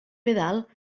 pedal